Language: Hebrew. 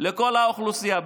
לכל האוכלוסייה,